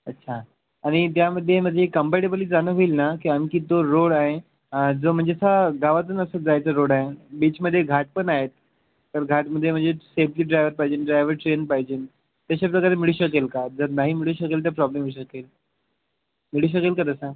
अच्छा आणि त्यामध्ये कम्पटेबली जाणं होईल ना की आणखी तो रोड आहे जो म्हणजे असा गावातून असं जायचं रोड आहे बीचमध्ये घाट पण आहेत तर घाटामध्ये म्हणजे सेफ्टी ड्रायव्हर पाहिजे ड्रायव्हर ट्रेन पाहिजे तशाप्रकारे मिळू शकेल का जर नाही मिळू शकेल तर प्रॉब्लेम होऊ शकेल मिळू शकेल का तसा